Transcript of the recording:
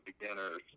beginners